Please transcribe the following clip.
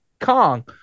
Kong